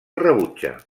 rebutja